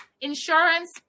Insurance